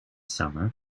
summer